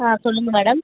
ஆ சொல்லுங்கள் மேடம்